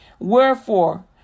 Wherefore